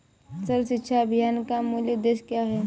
सर्व शिक्षा अभियान का मूल उद्देश्य क्या है?